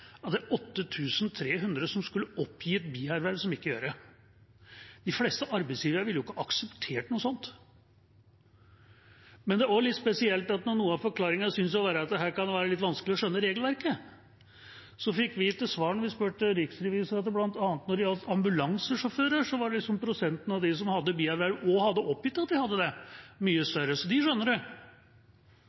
det er 8 300 som skulle ha oppgitt bierverv, som ikke gjør det. De fleste arbeidsgivere ville ikke akseptert noe sånt. Men det er også litt spesielt at når noe av forklaringen synes å være at her kan det være vanskelig å skjønne regelverket, fikk vi til svar da vi spurte riksrevisor, at bl.a. når det gjelder ambulansesjåfører, var prosenten av dem som hadde bierverv – og som hadde oppgitt at de hadde det – mye større. Så de skjønner det.